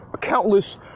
countless